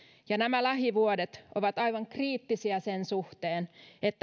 ja nämä lähivuodet ovat aivan kriittisiä sen suhteen